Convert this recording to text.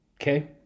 Okay